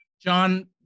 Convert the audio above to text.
John